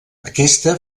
aquesta